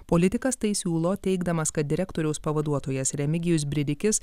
politikas tai siūlo teigdamas kad direktoriaus pavaduotojas remigijus bridikis